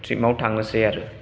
ट्रिपाव थांनोसै आरो